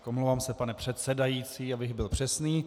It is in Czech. Omlouvám se, pane předsedající, abych byl přesný.